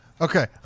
Okay